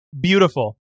Beautiful